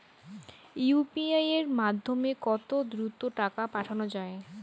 UPI এর মাধ্যমে কত দ্রুত টাকা পাঠানো যায়?